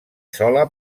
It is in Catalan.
sola